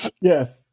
Yes